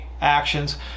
actions